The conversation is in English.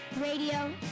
radio